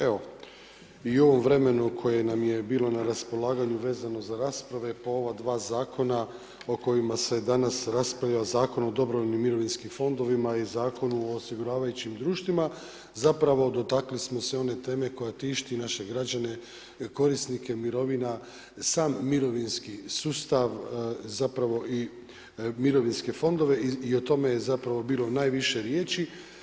Evo, i u ovom vremenu koji nam je bio na raspolaganju, vezano za rasprave, po ova 2 zakona o kojima se danas raspravlja, Zakon o dobrovoljnim mirovinskim fondovima i Zakona o osiguravajućim društvima, zapravo dotakli smo se one teme koja tišti naše građane korisnike mirovina, sam mirovinski sustav, zapravo i mirovinske fondove i o tome je zapravo bilo najviše riječi.